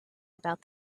about